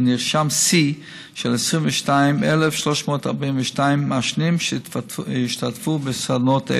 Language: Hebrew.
ונרשם שיא של 22,342 מעשנים שהשתתפו בסדנאות אלו.